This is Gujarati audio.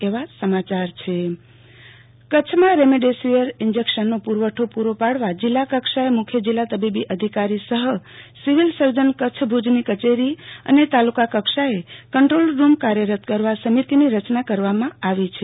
આરતી ભટ રમડેસિવિર કંટ્રોલરૂમ કચ્છમાં રેમડેસિવિર ઈન્જેકશનનો પુરવઠો પુરો પાડવા જિલ્લા કક્ષાએ મુખ્ય જિલ્લા તબીબી અધિકારી સહસિવિલ સર્જન કચ્છ ભુજની કચેરી અને તાલુકા કક્ષાએ કંટોલરૂમ કાર્યરત કરવા સમિતિ ની રચના કરવામાં આવી છે